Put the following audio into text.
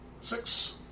Six